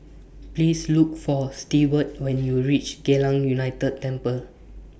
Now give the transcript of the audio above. Please Look For Steward when YOU REACH Geylang United Temple